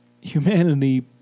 humanity